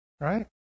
Right